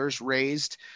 raised